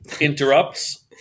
interrupts